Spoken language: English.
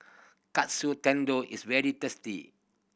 Katsu Tendon is very tasty